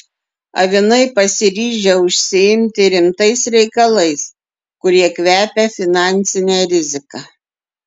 avinai pasiryžę užsiimti rimtais reikalais kurie kvepia finansine rizika